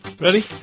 Ready